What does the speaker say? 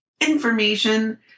information